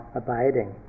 abiding